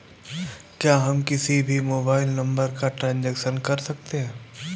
क्या हम किसी भी मोबाइल नंबर का ट्रांजेक्शन कर सकते हैं?